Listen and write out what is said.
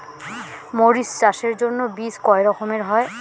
মরিচ চাষের জন্য বীজ কয় রকমের হয়?